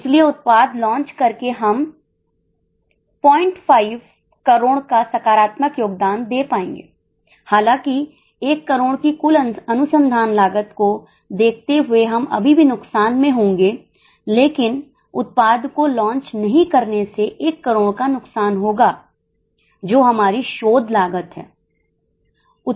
इसलिए उत्पाद लॉन्च करके हम 05 करोड़ का सकारात्मक योगदान दे पाएंगे हालांकि 1 करोड़ की कुल अनुसंधान लागत को देखते हुए हम अभी भी नुकसान में होंगे लेकिन उत्पाद को लॉन्च नहीं करने से 1 करोड़ का नुकसान होगा जो हमारी शोध लागत है